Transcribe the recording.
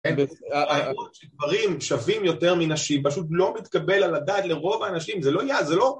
הטענות שגברים שווים יותר מנשים, פשוט לא מתקבל על הדעת לרוב האנשים, זה לא יעז, זה לא...